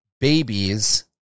babies